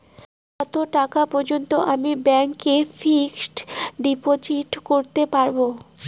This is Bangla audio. কত টাকা পর্যন্ত আমি ব্যাংক এ ফিক্সড ডিপোজিট করতে পারবো?